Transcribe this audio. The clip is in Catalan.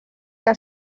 que